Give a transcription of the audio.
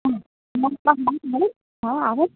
હા આવે ને